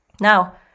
Now